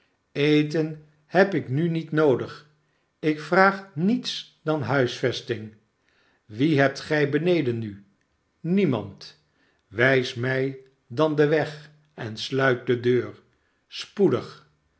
eten heb ik nu niet noodig ik vraag niets dan huisvesting wie hebt gij benedennu niemand wijs mij dan den weg en sluit de deur spoedig